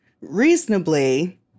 reasonably